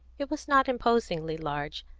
it was not imposingly large,